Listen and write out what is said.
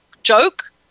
Joke